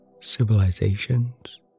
civilizations